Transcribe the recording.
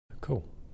Cool